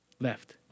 left